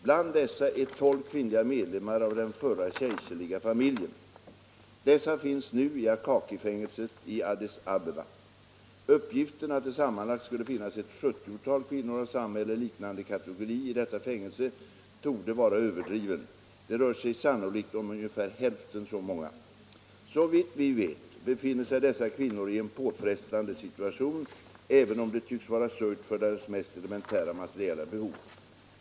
Bland dessa är 12 kvinnliga medlemmar Addis Abeba av den förra kejserliga familjen. Dessa finns nu i Akakifängelset i Addis Abeba. Uppgiften att det sammanlagt skulle finnas ett 70-tal kvinnor av samma eller liknande kategori i detta fängelse torde vara överdriven. Det rör sig sannolikt om ungefär hälften så många. Såvitt vi vet, befinner sig dessa kvinnor i en påfrestande situation, även om det tycks vara sörjt för deras mest elementära materiella behov.